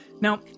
Now